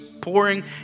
pouring